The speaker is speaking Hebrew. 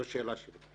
זו השאלה שלי.